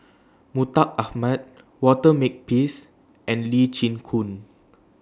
Mustaq Ahmad Walter Makepeace and Lee Chin Koon